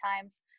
times